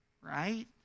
right